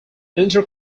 inter